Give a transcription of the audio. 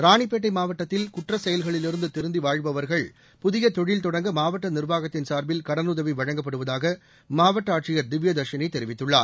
ராணிப்பேட்டை மாவட்டத்தில் குற்ற செயல்களிலிருந்து திருந்தி வாழ்பவர்கள் புதிய தொழில் தொடங்க மாவட்ட நிர்வாகத்தின் சார்பில் கடனுதவி வழங்கப்படுவதாக மாவட்ட ஆட்சியர் திவ்யதர்ஷினி தெரிவித்துள்ளார்